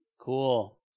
Cool